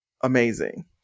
amazing